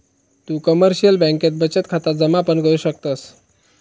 तु कमर्शिअल बँकेत बचत खाता जमा पण करु शकतस